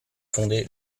fondée